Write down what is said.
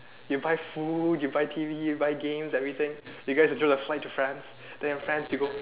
you buy food you buy T_V you buy games everything you guys enjoy your flight to France and then your friends can go